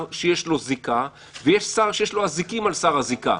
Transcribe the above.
יש שר שיש לו זיקה ויש שר שיש לו אזיקים על שר הזיקה.